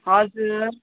हजुर